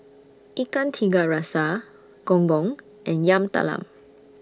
Ikan Tiga Rasa Gong Gong and Yam Talam